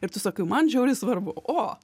ir tu sakai man žiauriai svarbu o